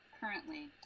currently